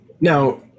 Now